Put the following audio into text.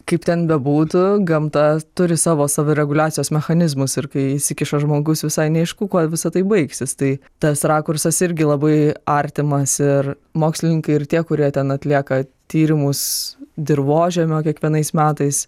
kaip ten bebūtų gamta turi savo savireguliacijos mechanizmus ir kai įsikiša žmogus visai neaišku kuo visa tai baigsis tai tas rakursas irgi labai artimas ir mokslininkai ir tie kurie ten atlieka tyrimus dirvožemio kiekvienais metais